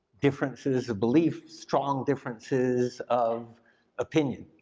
differences of belief, strong differences of opinion.